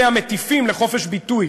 אלה המטיפים לחופש ביטוי.